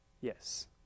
Yes